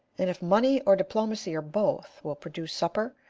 and if money or diplomacy, or both, will produce supper,